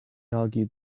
argued